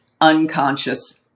unconscious